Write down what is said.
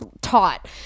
taught